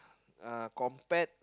uh compared